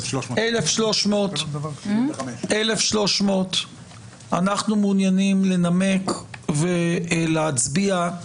1,300. 1,300. אנחנו מעוניינים לנמק ולהצביע.